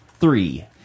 Three